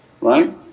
right